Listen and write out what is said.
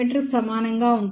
కు సమానంగా ఉంటుంది